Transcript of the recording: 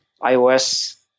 iOS